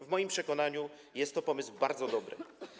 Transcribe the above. W moim przekonaniu jest to pomysł bardzo dobry.